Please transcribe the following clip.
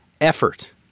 effort